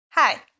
Hi